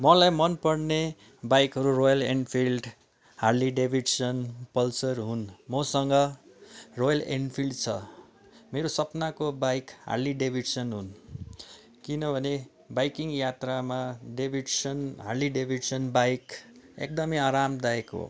मलाई मनपर्ने बाइकहरू Royal Enfield Harley Davidson Pulsar हुन् मसँग रोयल इनफिल्ड छ मेरो सपनाको बाइक हार्ली डेभिडसन हुन् किनभने बाइकिङ यात्रामा डेभिडसन हार्ली डेभिडसन बाइक एकदमै आरामदायक हो